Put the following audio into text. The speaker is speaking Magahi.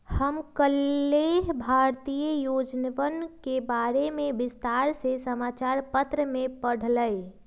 हम कल्लेह भारतीय योजनवन के बारे में विस्तार से समाचार पत्र में पढ़ लय